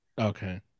Okay